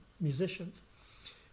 musicians